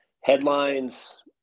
headlines